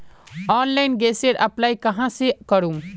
Online गैसेर apply कहाँ से करूम?